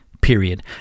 period